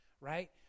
right